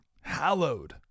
hallowed